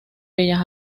bellas